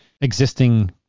existing